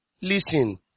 Listen